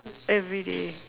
everyday